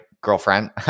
girlfriend